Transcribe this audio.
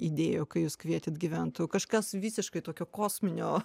idėjų kai jūs kvietėt gyventojų kažkas visiškai tokio kosminio